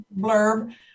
blurb